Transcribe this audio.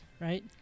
right